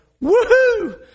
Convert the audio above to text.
woo-hoo